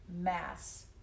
mass